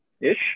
ish